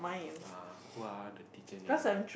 uh who ah the teacher name ah